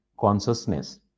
consciousness